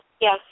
Yes